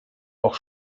auch